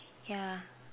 yeah